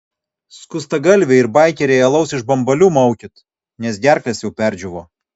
skustagalviai ir baikeriai alaus iš bambalių maukit nes gerklės jau perdžiūvo